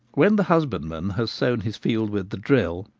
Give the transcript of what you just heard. when the husbandman has sown his field with the drill,